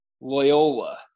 Loyola